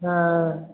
हँ